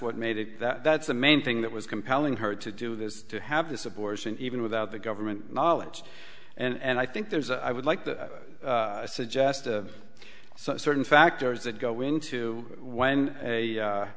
what made it that's the main thing that was compelling her to do this to have this abortion even without the government knowledge and i think there's i would like to suggest certain factors that go into when a a